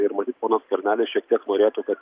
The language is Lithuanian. ir matyt ponas skvernelis šiek tiek norėtų kad